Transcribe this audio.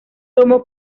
tomo